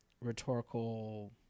rhetorical